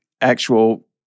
actual